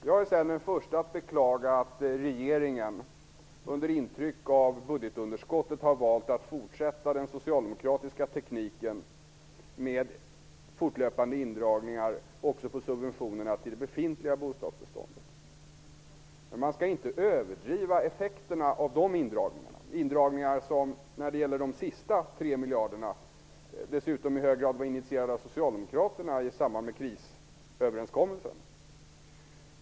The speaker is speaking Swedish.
Jag är den förste att beklaga att regeringen under intryck av budgetunderskottet har valt att fortsätta den socialdemokratiska tekniken med fortlöpande indragningar av subventionerna också till det befintliga bostadsbeståndet. Man skall inte överdriva effekterna av de indragningarna. När det gäller de sista 3 miljarderna var dessa indragningar dessutom i hög grad initierade av socialdemokraterna i samband med krisöverenskommelsen.